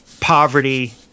poverty